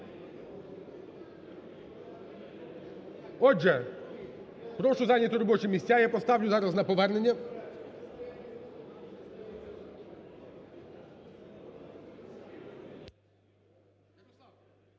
Отже, прошу зайняти робочі місця, я поставлю зараз на повернення.